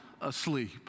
asleep